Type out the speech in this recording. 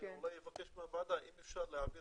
אני אולי אבקש מהוועדה אם אפשר להעביר